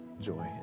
joy